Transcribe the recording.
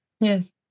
Yes